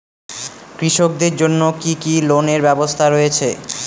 কৃষকদের জন্য কি কি লোনের ব্যবস্থা রয়েছে?